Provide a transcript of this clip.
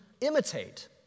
imitate